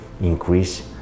increase